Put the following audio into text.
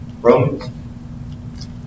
Romans